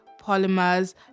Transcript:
polymers